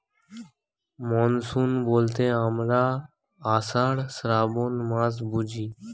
monsoon বলতে আমরা আষাঢ়, শ্রাবন মাস বুঝি